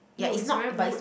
no it's very wood